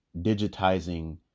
digitizing